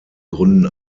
gründen